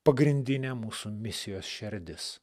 pagrindinė mūsų misijos šerdis